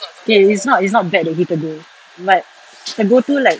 okay it's not it's not bad that he tegur but tegur tu like